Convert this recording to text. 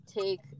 Take